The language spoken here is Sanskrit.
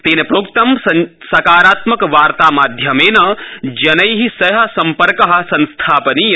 तेन प्रोक्तं सकारात्मक वार्तामाध्यमेन जनै सह सम्पर्क संस्थापनीय